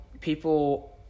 people